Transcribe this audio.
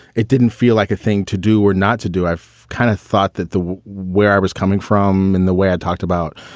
it didn't feel like a thing to do or not to do. i kind of thought that where i was coming from and the way i talked about